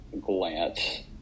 glance